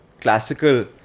classical